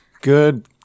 Good